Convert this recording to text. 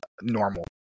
normal